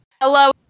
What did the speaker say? Hello